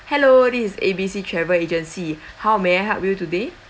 hello this is A B C travel agency how may I help you today